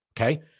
Okay